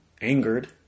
angered